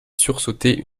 sursauter